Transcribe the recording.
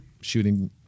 shooting